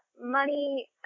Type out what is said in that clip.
money